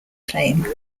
claim